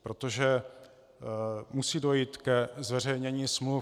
Protože musí dojít ke zveřejnění smluv.